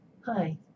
Hi